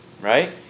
Right